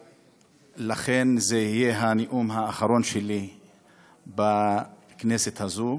ולכן זה יהיה הנאום האחרון שלי בכנסת הזאת,